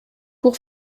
pour